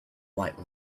white